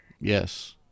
yes